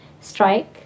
strike